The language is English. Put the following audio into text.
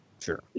Sure